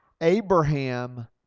Abraham